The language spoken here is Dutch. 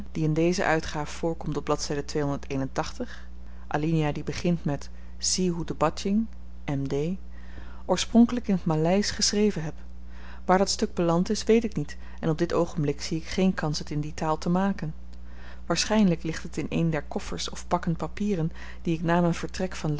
die in deze uitgaaf voorkomt op al die begint met zie hoe de badjing m d oorspronkelyk in t maleisch geschreven heb waar dat stuk beland is weet ik niet en op dit oogenblik zie ik geen kans het in die taal te maken waarschynlyk ligt het in een der koffers of pakken papieren die ik na m'n vertrek van